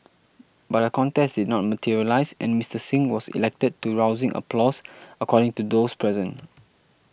but a contest did not materialise and Mister Singh was elected to rousing applause according to those present